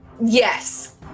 Yes